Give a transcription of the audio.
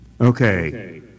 Okay